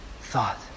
thought